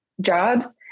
jobs